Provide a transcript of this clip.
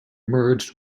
emerged